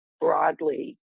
broadly